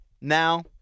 now